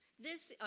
this,